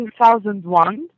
2001